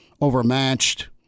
overmatched